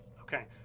Okay